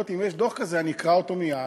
אותי אם יש דוח כזה אני אקרא אותו מייד.